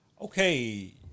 okay